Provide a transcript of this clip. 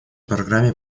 программе